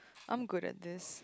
I'm good at this